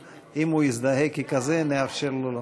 ואם הוא יזדהה ככזה נאפשר לו לנאום.